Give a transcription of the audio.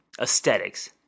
aesthetics